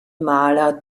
maler